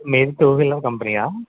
మీది two wheeler కంపెనీయా